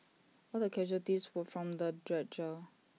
all the casualties were from the dredger